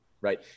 right